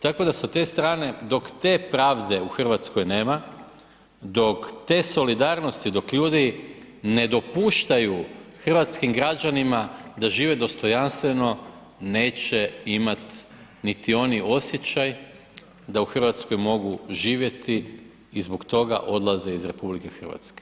Tako da sa te strane, dok te pravde u Hrvatskoj nema, dok te solidarnosti, dok ljudi ne dopuštaju hrvatskim građanima da žive dostojanstveno neće imat niti oni osjećaj da u Hrvatskoj mogu živjeti i zbog toga odlaze iz RH.